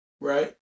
right